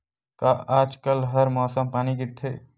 का आज कल हर मौसम पानी गिरथे?